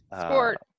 Sport